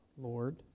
Lord